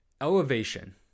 Elevation